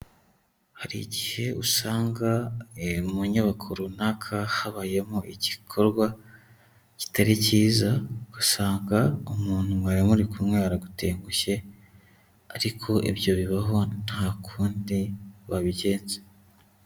Hari igihe usanga mu nyubako runaka habayemo igikorwa kitari cyiza, usanga umuntu mwari muri kumwe aradutengushye, ariko ibyo bibaho nta kundi wabigenza.